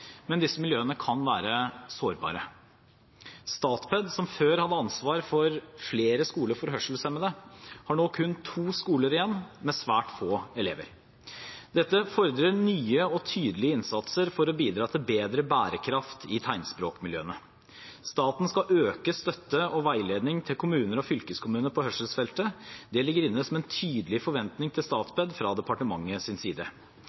men disse miljøene kan være sårbare. Statped, som før hadde ansvar for flere skoler for hørselshemmede, har nå kun to skoler igjen, med svært få elever. Dette fordrer nye og tydelige innsatser for å bidra til bedre bærekraft i tegnspråkmiljøene. Staten skal øke støtten og veiledningen til kommuner og fylkeskommuner på hørselsfeltet. Det ligger inne som en tydelig forventning til Statped fra departementets side,